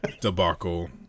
debacle